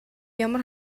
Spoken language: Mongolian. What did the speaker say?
ямар